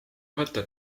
võta